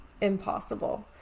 impossible